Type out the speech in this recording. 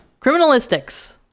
Criminalistics